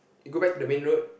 go back to the main road